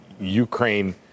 Ukraine